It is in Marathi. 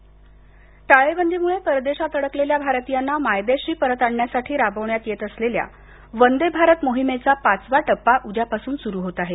वदे भारत मिशन टाळेबंदीमुळे परदेशात अडकलेल्या भारतियांना मायदेशी परत आणण्यासाठी राबवण्यात येत असलेल्या वंदे भारत मिशनचा पाचवा टप्पा उद्यापासून सुरू होत आहे